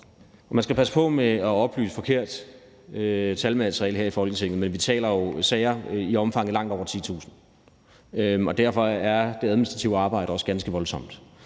Man skal passe på med at oplyse forkerte tal her i Folketinget, men vi taler jo om sager i et antal på langt over 10.000. Derfor er det administrative arbejde også ganske voldsomt.